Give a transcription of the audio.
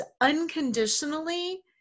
unconditionally